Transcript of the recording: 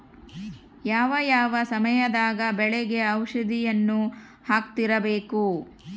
ಯಾವ ಯಾವ ಸಮಯದಾಗ ಬೆಳೆಗೆ ಔಷಧಿಯನ್ನು ಹಾಕ್ತಿರಬೇಕು?